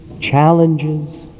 challenges